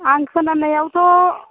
आं खोनानायावथ'